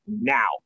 now